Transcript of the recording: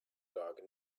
dog